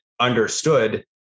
understood